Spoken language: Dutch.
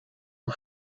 een